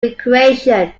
recreation